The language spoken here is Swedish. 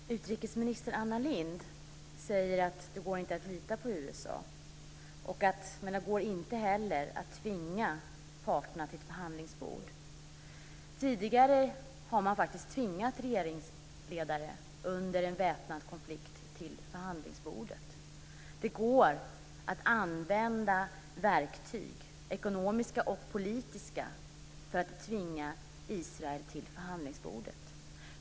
Fru talman! Utrikesminister Anna Lindh säger att det inte går att lita på USA. Men det går inte heller att tvinga parterna till förhandlingsbordet. Tidigare har man faktiskt tvingat regeringsledare till förhandlingsbordet under en väpnad konflikt. Det går att använda verktyg, ekonomiska och politiska, för att tvinga Israel till förhandlingsbordet.